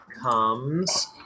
comes